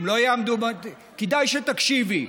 כדאי שתקשיבי.